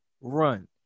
run